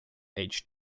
age